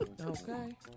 Okay